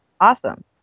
awesome